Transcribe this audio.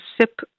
sip